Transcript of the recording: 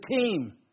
team